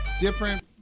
different